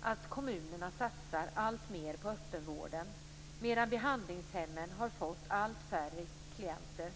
att kommunerna satsar alltmer på öppenvården, medan behandlingshemmen fått allt färre klienter.